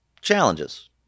challenges